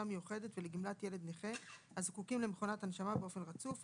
מיוחדת ולגמלת ילד נכה הזקוקים למכונת הנשמה באופן רצוף (להלן,